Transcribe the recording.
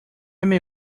may